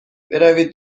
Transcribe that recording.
بروید